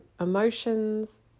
emotions